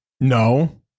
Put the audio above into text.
No